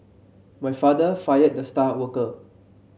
my father fired the star worker